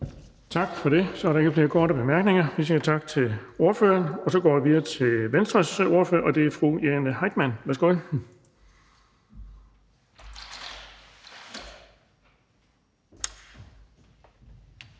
Tak for det. Så er der ikke flere korte bemærkninger. Vi siger tak til ordføreren. Så går vi videre til Venstres ordfører, og det er fru Jane Heitmann. Værsgo.